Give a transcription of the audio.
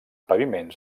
paviments